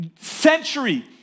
Century